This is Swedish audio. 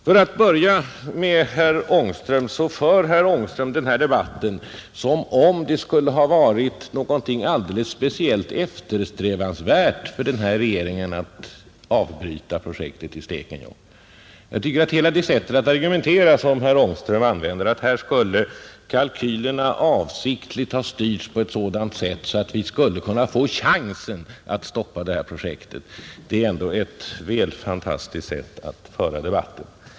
För att börja med herr Ångström för han den här debatten som om det skulle ha varit någonting alldeles speciellt eftersträvansvärt för regeringen att avbryta projektet i Stekenjokk. Jag tycker att hela det sätt att argumentera som herr Ångström använder — att kalkylerna avsiktligt skulle ha styrts på ett sådant sätt att vi skulle kunna få chansen att stoppa det här projektet — ändå är väl fantastiskt.